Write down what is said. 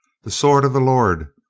the sword of the lord!